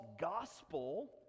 gospel